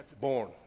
born